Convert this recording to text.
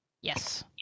Yes